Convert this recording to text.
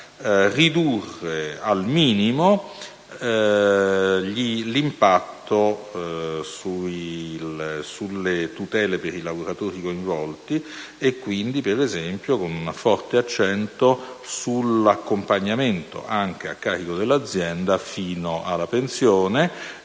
ridurre al minimo l'impatto sulle tutele per i lavoratori coinvolti, quindi per esempio con un forte accento sull'accompagnamento - anche a carico dell'azienda - fino alla pensione,